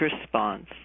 response